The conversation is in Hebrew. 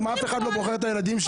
כי אף אחד לא בוחר את הילדים שלו.